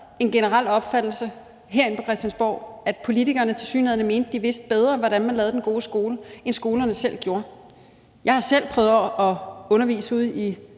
en generel opfattelse herinde på Christiansborg af, at politikerne tilsyneladende mente, at de vidste bedre, hvordan man lavede den gode skole, end skolerne selv gjorde. Jeg har selv prøvet at undervise ude i